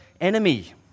enemy